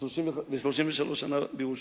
ו-33 שנה בירושלים.